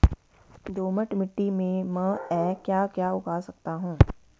दोमट मिट्टी में म ैं क्या क्या उगा सकता हूँ?